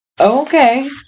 okay